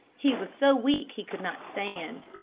he was so weak he could not stand.